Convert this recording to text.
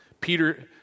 Peter